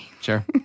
Sure